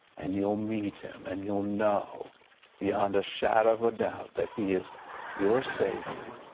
and you'll meet him and you'll know beyond a shadow of a doubt that he is your savior.